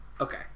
okay